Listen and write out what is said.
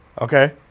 Okay